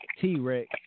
T-Rex